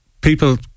people